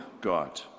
God